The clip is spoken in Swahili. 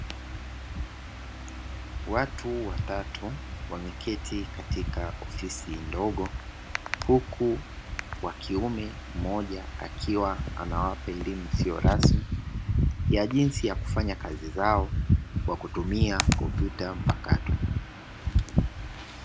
Watu wa tatu Wameketi katika ofisi ndogo huku wa kiume moja akiwa anawapa elimu isiyo rasmi ya jinsi ya kufanya kazi zao kwa kutumia kompyuta mpakato.